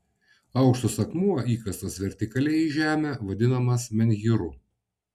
aukštas akmuo įkastas vertikaliai į žemę vadinamas menhyru